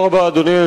אדוני.